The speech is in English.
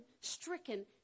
stricken